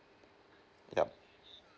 yup